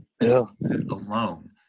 alone